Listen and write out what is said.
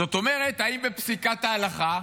זאת אומרת, האם בפסיקת ההלכה,